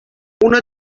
una